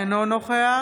אינו נוכח